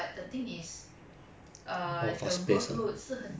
so like 我的朋友全部都 from poly mah 我的 group of friends